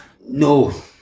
No